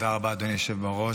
תודה רבה, אדוני היושב בראש.